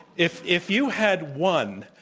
if if you had won